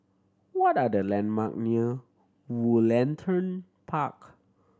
what are the landmark near Woollerton Park